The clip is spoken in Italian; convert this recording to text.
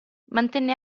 mantenne